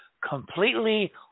completely